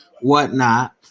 whatnot